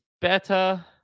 better